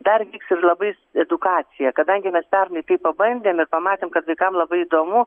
dar vyks ir labai edukacija kadangi mes pernai kai pabandėm ir pamatėm kad vaikam labai įdomu